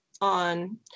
on